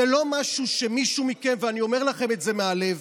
זה לא משהו שמישהו מכם, ואני אומר לכם את זה מהלב,